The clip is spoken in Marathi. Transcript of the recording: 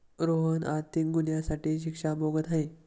रोहन आर्थिक गुन्ह्यासाठी शिक्षा भोगत आहे